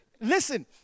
Listen